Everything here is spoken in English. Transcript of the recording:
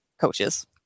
coaches